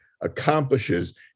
accomplishes